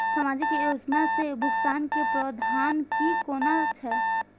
सामाजिक योजना से भुगतान के प्रावधान की कोना छै?